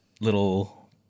little